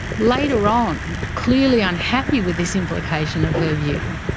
later on, clearly unhappy with this implication of her view,